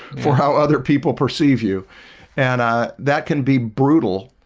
for how other people perceive you and ah that can be brutal,